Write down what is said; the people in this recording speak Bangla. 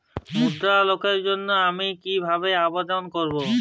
মুদ্রা লোনের জন্য আমি কিভাবে আবেদন করবো?